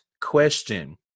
question